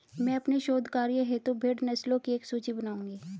मैं अपने शोध कार्य हेतु भेड़ नस्लों की एक सूची बनाऊंगी